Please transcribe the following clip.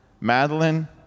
Madeline